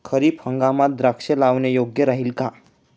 खरीप हंगामात द्राक्षे लावणे योग्य राहिल का?